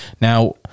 Now